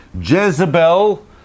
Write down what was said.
Jezebel